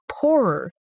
poorer